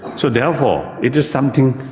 so therefore it is something